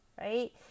right